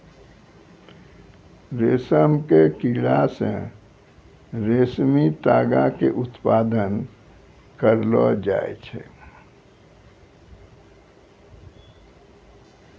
रेशम के कीड़ा से रेशमी तागा के उत्पादन करलो जाय छै